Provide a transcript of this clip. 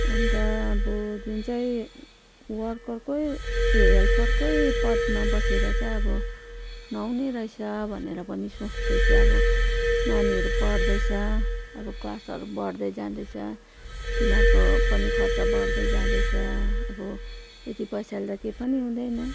अन्त अब जुन चाहिँ वर्करकै ए हेल्परकै पदमा बसेर चाहिँ अब नहुने रहेछ भनेर पनि सोच्दैछु अब नानीहरू पढ्दैछ अब क्लासहरू बढ्दै जाँदैछ तिनीहरूको पनि खर्च बढ्दै जाँदैछ अब त्यति पैसाले त के पनि हुँदैन